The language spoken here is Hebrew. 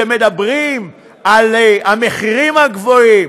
כשמדברים על המחירים הגבוהים,